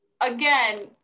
again